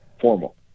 formal